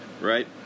Right